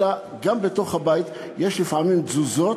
אלא גם בתוך הבית יש לפעמים תזוזות,